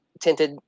tinted